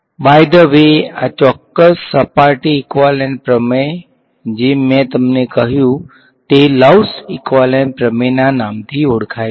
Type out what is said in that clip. by the way આ ચોક્કસ સપાટી ઈકવાલેંસ પ્રમેય જે મેં તમને કહ્યું હતું તે લવ્સ ઈક્વાલેંટ પ્રમેયના નામથી ઓળખાય છે